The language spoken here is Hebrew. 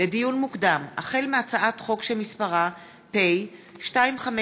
לדיון מוקדם: החל בהצעת חוק פ/2520/20